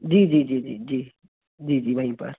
जी जी जी जी जी जी जी वहीं पर